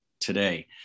today